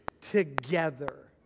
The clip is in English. together